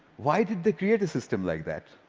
why did they create a system like that?